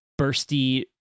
bursty